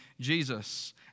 Jesus